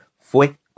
fue